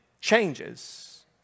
changes